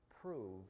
Prove